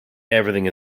everything